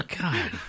God